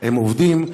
הם עובדים.